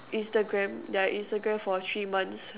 Instagram their Instagram for three months